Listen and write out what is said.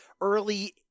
early